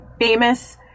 Famous